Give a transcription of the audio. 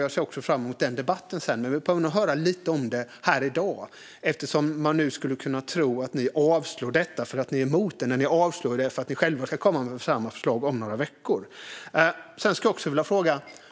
Jag ser även fram emot den debatten så småningom, men vi behöver nog höra lite om detta här i dag eftersom man skulle kunna tro att ni yrkar avslag på motionerna om detta för att ni är emot det, Anna Johansson. Men ni yrkar ju avslag för att ni själva ska komma med samma förslag om några veckor. Jag skulle också vilja fråga en annan sak.